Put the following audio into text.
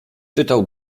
czytał